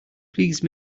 please